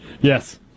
Yes